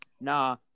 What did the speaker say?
Nah